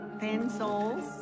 Pencils